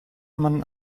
man